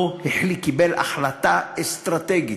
לא קיבל החלטה אסטרטגית,